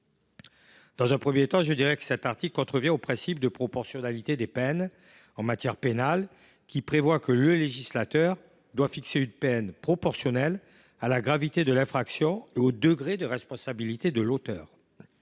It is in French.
En premier lieu, cet article contrevient au principe de proportionnalité des peines en matière pénale, qui prévoit que le législateur doit fixer une peine proportionnelle à la gravité de l’infraction et au degré de responsabilité de l’auteur.